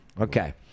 Okay